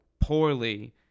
poorly